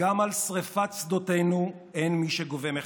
וגם על שרפת שדותינו אין איש גובה מחיר.